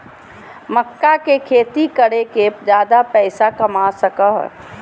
मक्का के खेती कर के ज्यादा पैसा कमा सको हो